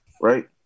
right